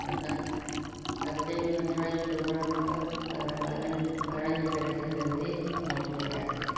असां अॻिते बि वञण जो प्रोग्राम हुयो पर ॿारनि ॿारनि जे करे असां जल्दी मोटी आयासीं